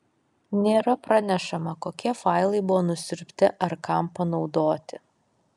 nėra pranešama kokie failai buvo nusiurbti ar kam panaudoti